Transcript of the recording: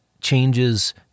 changes